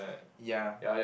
ya